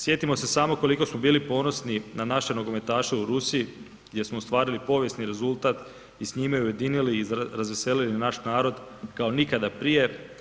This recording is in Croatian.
Sjetimo se samo koliko smo bili ponosni na naše nogometaše u Rusiji gdje smo ostvarili povijesni rezultat i s njima ujedinili i razveselili naš narod kao nikada prije.